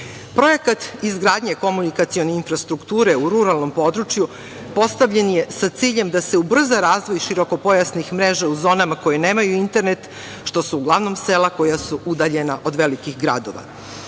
Srbije. Projekat izgradnje komunikacione infrastrukture u ruralnom području postavljen je sa ciljem da se ubrza razvoj širokopojasnih mreža u zonama koje nemaju internet, što su uglavnom sela koja su udaljena od velikih gradova. Naime,